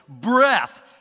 Breath